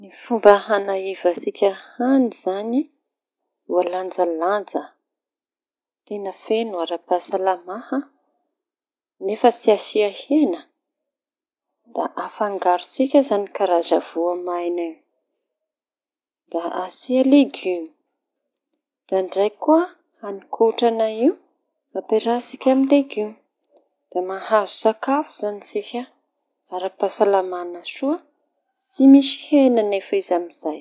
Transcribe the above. Ny fomba hañahiva tsika hañi zañy voalanjalanja feño ara pahasalamaha nefa tsy asia heña. Da afangarotsika zañy karaza voamaiña io da asia legimy da ndraiky koa hañikotraña io. Da ampiara tsika amy legima mahazo sakafo zañy isika ara pahasalamaña soa tsy misy heña añefa izy amizay.